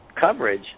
coverage